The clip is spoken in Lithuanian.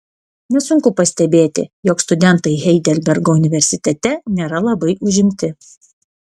nesunku pastebėti jog studentai heidelbergo universitete nėra labai užimti